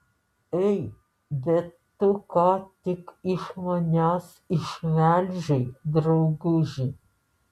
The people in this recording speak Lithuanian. ei bet tu ką tik iš manęs išmelžei drauguži